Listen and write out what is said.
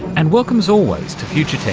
and welcome as always to future tense.